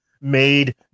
made